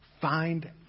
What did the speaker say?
Find